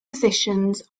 positions